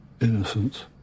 Innocence